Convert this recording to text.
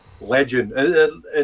legend